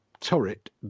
turret